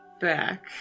back